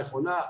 נכונה,